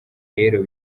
rero